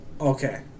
Okay